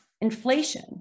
inflation